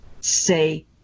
say